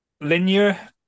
linear